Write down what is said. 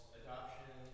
adoption